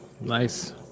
Nice